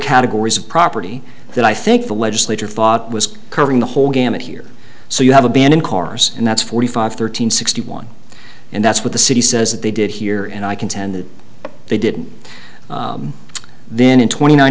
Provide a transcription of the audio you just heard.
categories of property that i think the legislature thought was covering the whole gamut here so you have abandoned cars and that's forty five thirteen sixty one and that's what the city says that they did here and i contend that they didn't then in twenty nine